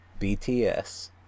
BTS